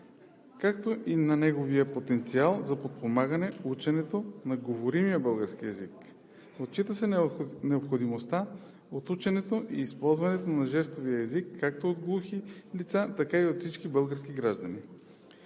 както и на неговия потенциал да подпомогне ученето на говоримия български език. Отчита се необходимостта от ученето и използването на жестовия език както от глухи лица, така и от всички български граждани.